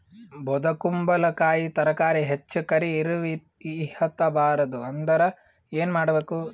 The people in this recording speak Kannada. ಬೊದಕುಂಬಲಕಾಯಿ ತರಕಾರಿ ಹೆಚ್ಚ ಕರಿ ಇರವಿಹತ ಬಾರದು ಅಂದರ ಏನ ಮಾಡಬೇಕು?